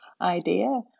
idea